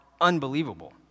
unbelievable